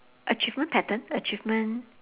achievement pattern achievement